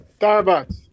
Starbucks